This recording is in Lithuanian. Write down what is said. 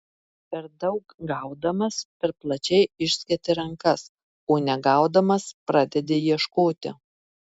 per daug gaudamas per plačiai išsketi rankas o negaudamas pradedi ieškoti